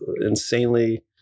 insanely